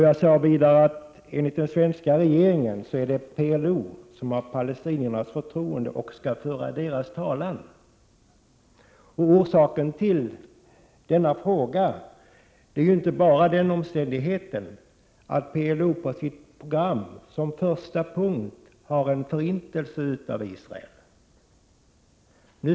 Jag sade vidare att det enligt den svenska regeringen är PLO som har palestiniernas förtroende och som skall föra deras talan. Orsaken till problemet på den punkten är inte bara den omständigheten att PLO på sitt program som första punkt har en förintelse av Israel.